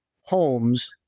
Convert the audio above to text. homes